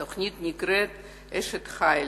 התוכנית נקראת "אשת חיל",